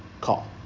call